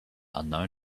unknown